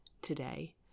today